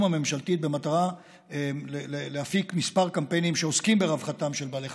הממשלתית במטרה לפרסם כמה קמפיינים העוסקים ברווחתם של בעלי חיים: